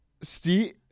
Steve